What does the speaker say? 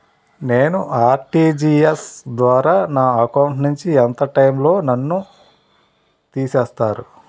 నేను ఆ.ర్టి.జి.ఎస్ ద్వారా నా అకౌంట్ నుంచి ఎంత టైం లో నన్ను తిసేస్తారు?